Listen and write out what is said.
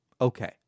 okay